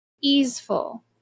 easeful